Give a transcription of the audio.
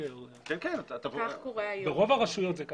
ברוב ברשויות זה כך.